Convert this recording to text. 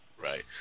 Right